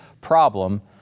problem